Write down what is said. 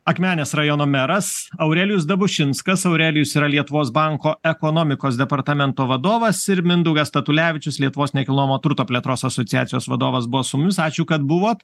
akmenės rajono meras aurelijus dabušinskas aurelijus yra lietuvos banko ekonomikos departamento vadovas ir mindaugas statulevičius lietuvos nekilnojamo turto plėtros asociacijos vadovas buvo su mumis ačiū kad buvot